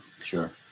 sure